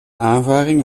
aanvaring